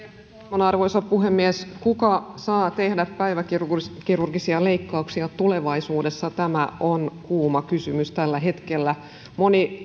talman arvoisa puhemies kuka saa tehdä päiväkirurgisia leikkauksia tulevaisuudessa tämä on kuuma kysymys tällä hetkellä moni